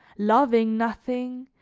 loving nothing,